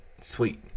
Sweet